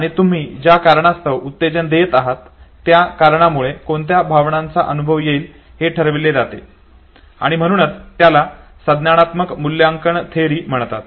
आणि तुम्ही ज्या कारणास्तव उत्तेजन देत आहात त्या कारणामुळे कोणत्या भावनांचा अनुभव येईल हे ठरवले जाते आणि म्हणूनच त्याला संज्ञानात्मक मूल्यांकन थेअरी म्हणतात